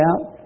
out